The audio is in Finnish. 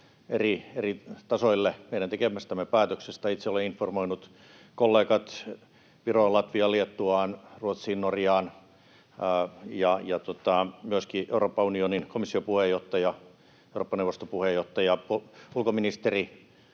eri tasoille meidän tekemästämme päätöksestä. Itse olen informoinut kollegoita Viroon, Latviaan, Liettuaan, Ruotsiin ja Norjaan ja myöskin Euroopan unionin komission puheenjohtajan ja Eurooppa-neuvoston puheenjohtajan. Ulkoministeri